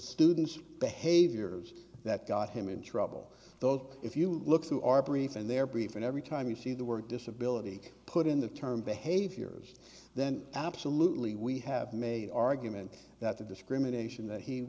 students behaviors that got him in trouble though if you look through our brief and their brief and every time you see the word disability put in the term behaviors then absolutely we have made argument that the discrimination that he